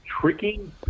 tricking